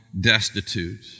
destitute